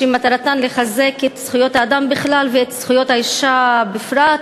שמטרתם לחזק את זכויות האדם בכלל ואת זכויות האישה בפרט,